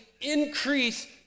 increase